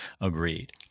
agreed